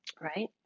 right